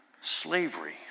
slavery